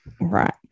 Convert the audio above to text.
Right